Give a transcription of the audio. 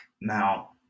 Now